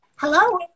Hello